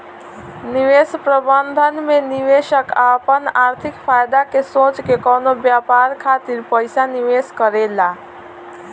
निवेश प्रबंधन में निवेशक आपन आर्थिक फायदा के सोच के कवनो व्यापार खातिर पइसा निवेश करेला